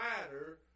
matter